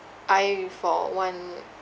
I for one